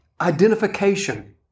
identification